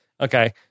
Okay